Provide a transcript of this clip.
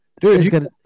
Dude